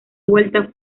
vuelta